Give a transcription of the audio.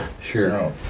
Sure